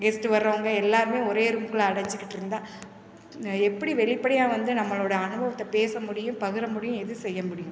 guest வர்றவங்கள் எல்லாருமே ஒரே ரூம்க்குள்ள அடைஞ்சிக்கிட்ருந்தா எப்படி வெளிப்படையாக வந்து நம்மளோட அனுபவத்தை பேச முடியும் பகிர முடியும் எதுவும் செய்ய முடியும்